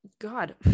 God